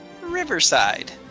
Riverside